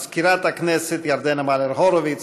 מזכירת הכנסת ירדנה מלר-הורוביץ,